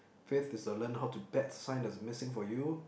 fifth is to learn how to bet sign has missing for you